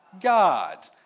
God